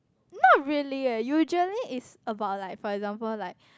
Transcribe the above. not really eh usually is about like for example like